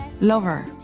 lover